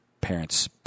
parents